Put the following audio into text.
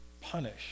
punish